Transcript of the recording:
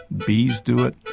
bees do it,